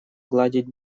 гладить